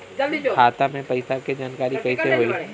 खाता मे पैसा के जानकारी कइसे होई?